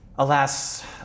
Alas